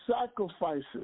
sacrifices